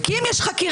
כי אם יש חקירה,